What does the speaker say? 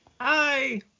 Hi